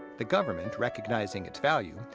the government, recognizing its value,